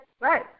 Right